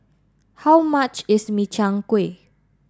how much is Min Chiang Kueh